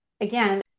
again